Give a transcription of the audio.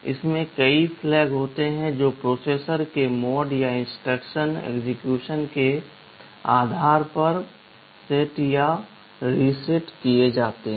इसमें कई फ्लैग होते हैं जो प्रोसेसर के मोड या इंस्ट्रक्शन एक्सेक्यूशन के आधार पर सेट किए जाते हैं